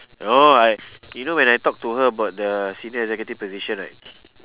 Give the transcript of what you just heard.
oh I you know when I talk to her about the senior executive position right